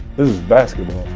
is basketball,